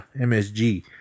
MSG